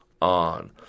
on